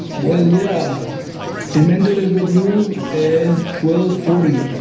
well, yeah dependent is with you and twelve forty